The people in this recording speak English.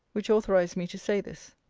which authorize me to say this.